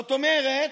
זאת אומרת,